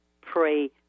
pray